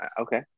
Okay